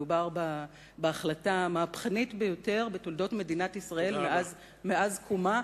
מדובר בהחלטה המהפכנית ביותר בתולדות מדינת ישראל מאז קומה,